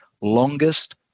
longest